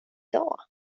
dag